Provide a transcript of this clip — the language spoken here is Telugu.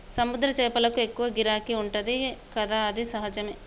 సముద్ర చేపలకు ఎక్కువ గిరాకీ ఉంటది కదా అది సహజమే